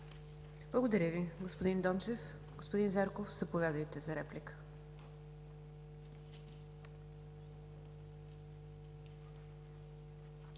Благодаря Ви, господин Дончев. Господин Зарков, заповядайте за реплика.